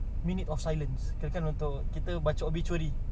minute of silence ke kan untuk kita baca obituary